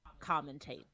commentate